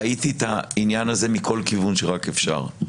חייתי את העניין הזה מכל כיוון שרק אפשר.